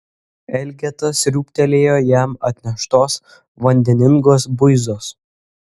elgeta sriūbtelėjo jam atneštos vandeningos buizos